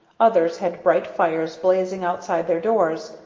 others had bright fires blazing outside their doors.